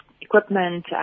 equipment